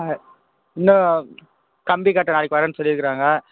ஆ இன்னும் கம்பி கட்ட நாளைக்கு வரேன்னு சொல்லியிருக்குறாங்க